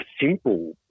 simple